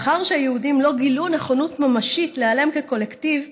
מאחר שהיהודים לא גילו נכונות ממשית להיעלם כקולקטיב,